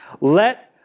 Let